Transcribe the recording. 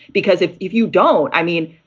because if if you don't i mean,